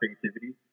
creativity